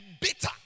bitter